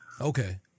Okay